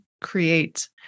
create